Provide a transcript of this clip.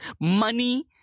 money